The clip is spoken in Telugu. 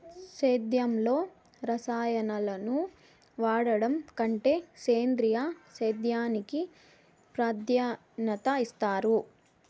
సేద్యంలో రసాయనాలను వాడడం కంటే సేంద్రియ సేద్యానికి ప్రాధాన్యత ఇస్తారు